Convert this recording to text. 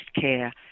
care